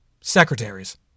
secretaries